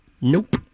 Nope